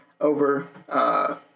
over